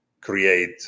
create